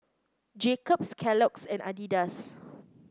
Jacob's Kellogg's and Adidas